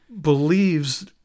believes